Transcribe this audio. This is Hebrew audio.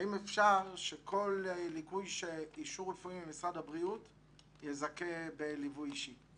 האם אפשר שבכל ליקוי עם אישור רפואי ממשרד הבריאות יזכה בליווי אישי?